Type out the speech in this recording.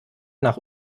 nach